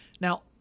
Now